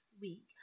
week